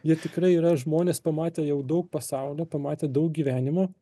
jie tikrai yra žmonės pamatę jau daug pasaulio pamatę daug gyvenimo